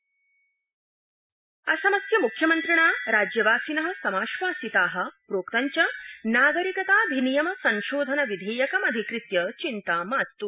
असमराज्यम मुख्यमन्त्री असमस्य मुख्यमन्त्रिणा राज्यवासिनो समाधासिता प्रोक्त च नागरिकताऽधिनियम संशोधन विधेयकमधिकृत्य चिन्ता मास्त्